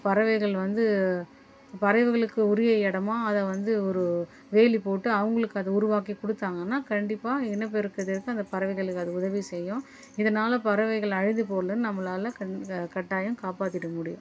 பறவைகள் வந்து பறவைகளுக்கு உரிய இடமா அதை வந்து ஒரு வேலி போட்டு அவங்களுக்கு அதை உருவாக்கி கொடுத்தாங்கன்னா கண்டிப்பா இனப்பெருக்கத்திற்கு அந்த பறவைகளுக்கு அது உதவி செய்யும் இதனால் பறவைகள் அழிந்து போகலன்னு நம்மளால கட்டாயம் காப்பாத்திட முடியும்